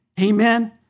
Amen